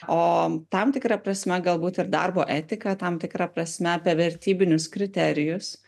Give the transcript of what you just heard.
o tam tikra prasme galbūt ir darbo etika tam tikra prasme apie vertybinius kriterijus